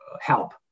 help